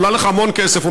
היא עולה לך המון כסף.